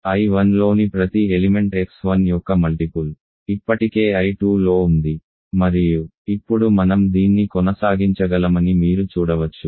కాబట్టి I1 లోని ప్రతి ఎలిమెంట్ x1 యొక్క మల్టిపుల్ ఇప్పటికే I2లో ఉంది మరియు ఇప్పుడు మనం దీన్ని కొనసాగించగలమని మీరు చూడవచ్చు